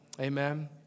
Amen